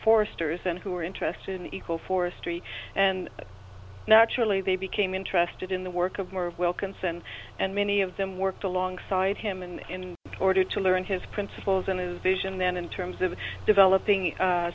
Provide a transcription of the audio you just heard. forster's and who were interested in equal forestry and naturally they became interested in the work of more of wilkinson and many of them worked alongside him and in order to learn his principles and his vision then in terms of developing